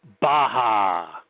Baja